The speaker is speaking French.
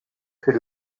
fait